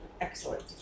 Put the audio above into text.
Excellent